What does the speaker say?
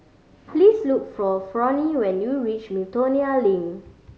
please look for Fronnie when you reach Miltonia Link